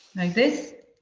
like this.